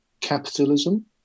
capitalism